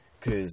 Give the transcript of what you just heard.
Cause